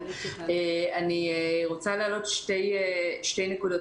אני רוצה להעלות שתי נקודות,